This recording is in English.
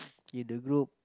if the group